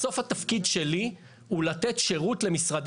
בסוף התפקיד שלי הוא לתת שירות למשרדי